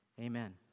Amen